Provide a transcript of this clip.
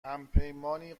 همپیمانی